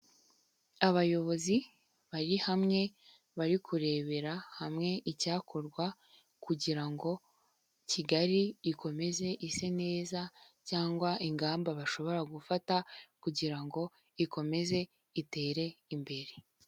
Abayobozi bari hamwe bari kurebera hamwe icyakorwa kugira ngo Kigali ikomeze ise neza cyangwa ingamba bashobora gufata kugira ngo ikomeze itere imbere.